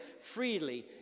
freely